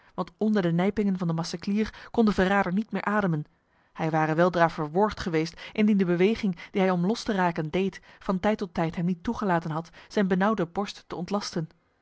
want onder de nijpingen van de maceclier kon de verrader niet meer ademen hij ware weldra verworgd geweest indien de beweging die hij om los te raken deed van tijd tot tijd hem niet toegelaten had zijn benauwde borst te ontlasten